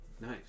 Nice